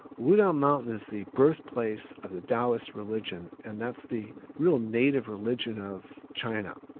wudang mountain is the birthplace of the taoists religion and that's the real native religion of china.